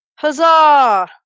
Huzzah